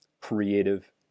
creative